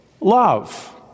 love